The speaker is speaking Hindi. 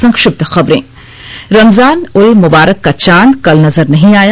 संक्षिप्त खबरें रमजान उल मुबारक का चांद कल नजर नहीं आया